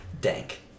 dank